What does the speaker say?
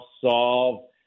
solve